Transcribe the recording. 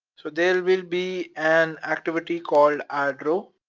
so there will be an activity called add row.